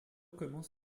commence